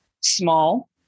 small